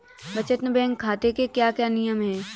बचत बैंक खाते के क्या क्या नियम हैं?